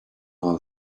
all